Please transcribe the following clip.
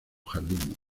jardín